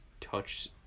touch